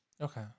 Okay